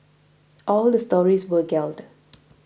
all the stories were gelled